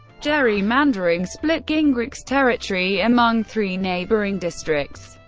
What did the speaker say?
gerrymandering split gingrich's territory among three neighboring districts.